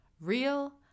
Real